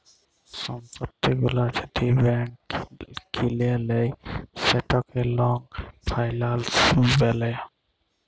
সম্পত্তি গুলা যদি ব্যাংক কিলে লেই সেটকে লং ফাইলাল্স ব্যলে